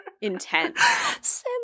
intense